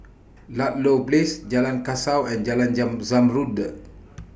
Ludlow Place Jalan Kasau and Jalan Zamrud